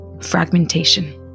fragmentation